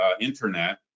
internet